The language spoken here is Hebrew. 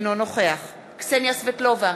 אינו נוכח קסניה סבטלובה,